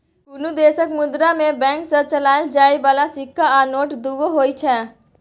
कुनु देशक मुद्रा मे बैंक सँ चलाएल जाइ बला सिक्का आ नोट दुओ होइ छै